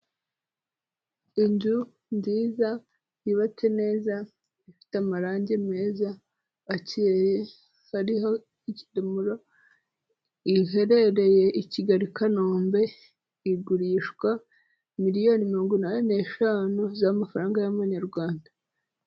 Inzu nziza, yubatse neza, ifite amarangi meza akeye, ariho ikidomoro, iherereye i Kigali, i Kanombe, igurishwa miliyoni mirongo inani n'eshanu z'amafaranga y'amanyarwanda.